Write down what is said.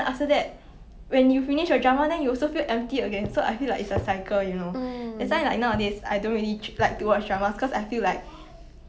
like it can be a okay just talking about korean drama lah then I will say like one thing I like about korean drama is that even though